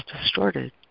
distorted